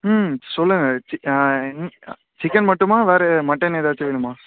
ம் சொல்லுங்கள் chick chicken மட்டுமா வேறு மட்டன் ஏதாச்சும் வேணுமா